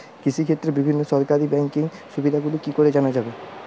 কৃষিক্ষেত্রে বিভিন্ন সরকারি ব্যকিং সুবিধাগুলি কি করে জানা যাবে?